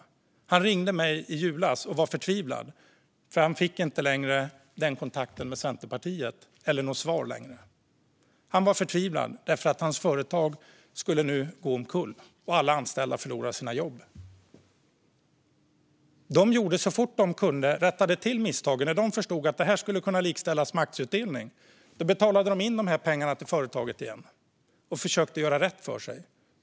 Delägaren ringde mig i julas eftersom han inte längre fick något svar av Centerpartiet, och han var förtvivlad därför att hans företag nu skulle gå omkull och alla anställda förlora sina jobb. När man förstod att agerandet skulle likställas med aktieutdelning rättade man till misstaget så fort man kunde. Man betalade in pengarna till företaget igen och försökte göra rätt för sig.